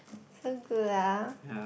so good ah